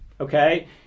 Okay